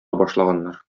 башлаганнар